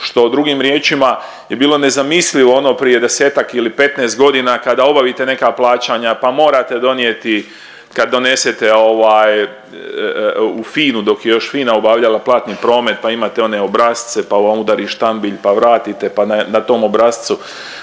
što drugim riječima je bilo nezamislivo ono prije desetak ili petnaest godina kada obavite neka plaćanja pa morate donijeti kad donesete u FINA-u dok je još FINA obavljala platni promet pa imate one obrasce, pa vam udari štambilj, pa vratite, pa na tom obrascu